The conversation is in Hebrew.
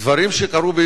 דברים שקרו,